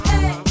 Hey